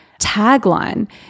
tagline